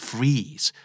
Freeze